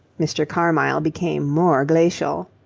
mr. carmyle became more glacial.